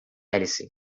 alice